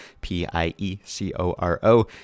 p-i-e-c-o-r-o